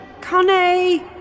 Connie